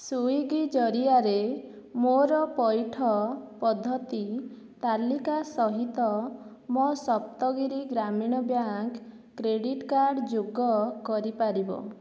Swiggy ଜରିଆରେ ମୋର ପଇଠ ପଦ୍ଧତି ତାଲିକା ସହିତ ମୋ Saptagiri Grameena bank credit card ଯୋଗ କରିପାରିବ